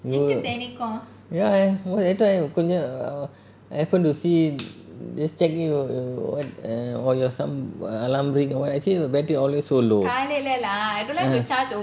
ya கொஞ்சம்:konjam happen to see this check you what err what your some err alarm ring or what I see your battery always so low uh